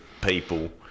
people